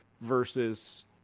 versus